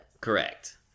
Correct